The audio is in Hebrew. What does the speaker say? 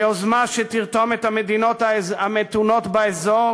יוזמה שתרתום את המדינות המתונות באזור